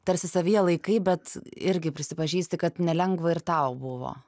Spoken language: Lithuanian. tarsi savyje laikai bet irgi prisipažįsti kad nelengva ir tau buvo